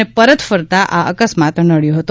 અને પરત ફરતા આ અકસ્માત નડ્યો હતો